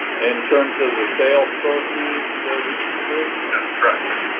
in terms of the sale proceeds, regent hsu? yes, correct.